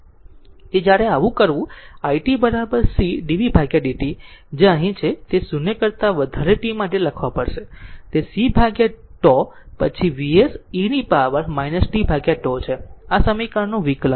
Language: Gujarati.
તેથી જ્યારે આવું કરવું i t c dv dt જે અહીં છે તે 0 કરતા વધારે t માટે લખવા પડશે તે c ભાગ્યા τ પછી Vs e પાવર tτ છે આ સમીકરણનું વિકલન લો